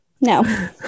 No